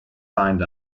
signed